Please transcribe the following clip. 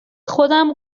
خودم